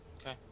Okay